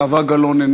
זהבה גלאון,